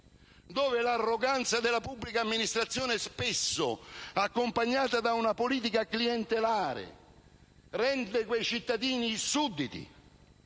laddove l'arroganza della pubblica amministrazione, spesso accompagnata da una politica clientelare, rende quei cittadini dei sudditi.